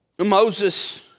Moses